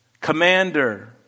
Commander